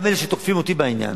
גם אלה שתוקפים אותי בעניין,